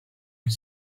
est